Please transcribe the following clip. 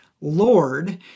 Lord